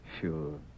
Sure